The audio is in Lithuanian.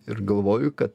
ir galvoju kad